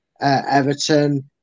Everton